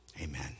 Amen